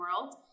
world